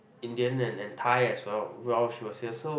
Indian and and Thai as well while she was here so